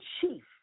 chief